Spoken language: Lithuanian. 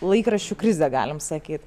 laikraščių krizė galim sakyt